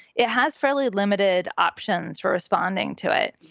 it has fairly limited options for responding to it.